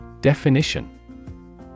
Definition